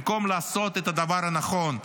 במקום לעשות את הדבר הנכון,